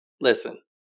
listen